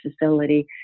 facility